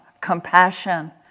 compassion